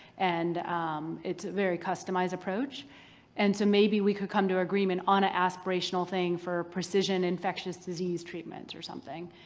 and um it's a very customized approach and so maybe we could come to an agreement on an aspirational thing for precision infectious disease treatment or something.